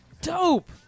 dope